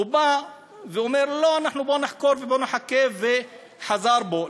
הוא אומר: לא, בואו נחקור ובואו נחכה, וחזר בו.